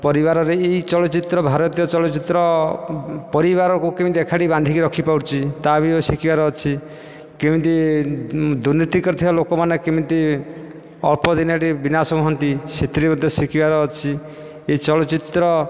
ପରିବାରରେ ଏହି ଚଳଚ୍ଚିତ୍ର ଭାରତୀୟ ଚଳଚ୍ଚିତ୍ର ପରିବାରକୁ କେମିତି ଏକାଠି ବାନ୍ଧିକି ରଖିପାରୁଛି ତାହା ବି ଶିଖିବାର ଅଛି କେମିତି ଦୁର୍ନୀତି କରିଥିବା ଲୋକମାନେ କେମିତି ଅଳ୍ପ ଦିନରେ ବିନାଶ ହୁଅନ୍ତି ସେଥିରୁ ମଧ୍ୟ ଶିଖିବାର ଅଛି ଏହି ଚଳଚ୍ଚିତ୍ର